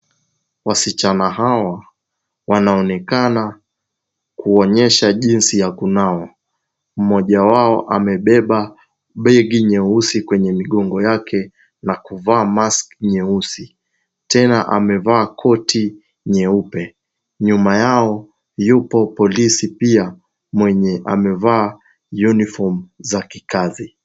Wasichana hawa wanaonekana kuonyesha jinsi ya kunawa. Mmoja wao amebeba bag nyeusi kwenye migongo yake na kuvaa mask nyeusi, tena amevaa koti nyeupe. Nyuma yao yupo polisi pia, mwenye amevaa uniform za kikazi.